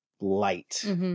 light